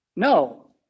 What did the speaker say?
No